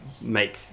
make